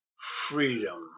freedom